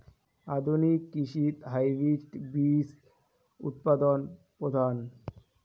আধুনিক কৃষিত হাইব্রিড বীজ উৎপাদন প্রধান